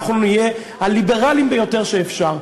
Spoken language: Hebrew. אנחנו נהיה הליברלים ביותר שאפשר,